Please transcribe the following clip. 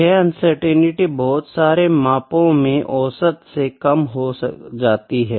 यह अनसर्टेनिटी बहुत सारे मापों में औसत से कम हो जाती है